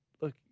look